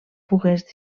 pogués